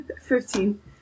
fifteen